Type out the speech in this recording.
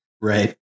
Right